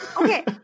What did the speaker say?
Okay